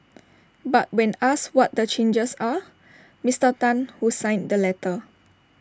but when asked what the changes are Mister Tan who signed the letter